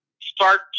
start